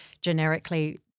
generically